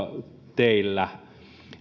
teillä